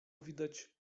widać